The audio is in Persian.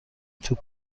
توو